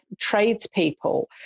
tradespeople